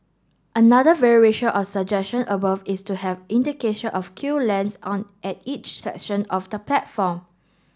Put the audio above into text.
another variation of suggestion above is to have indication of queue lengths on at each section of the platform